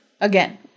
again